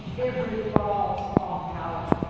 it revolves on power.